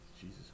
Jesus